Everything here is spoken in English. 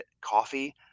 coffee